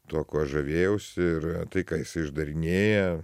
tuo kuo aš žavėjausi ir tai ką jis išdarinėja